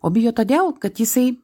o bijo todėl kad jisai